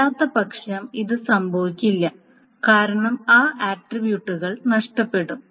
അല്ലാത്തപക്ഷം അത് സംഭവിക്കില്ല കാരണം ആ ആട്രിബ്യൂട്ടുകൾ നഷ്ടപ്പെടും